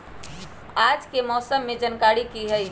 आज के मौसम के जानकारी कि हई?